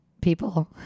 people